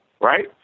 right